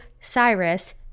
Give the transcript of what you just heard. Cyrus